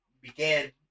began